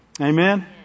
Amen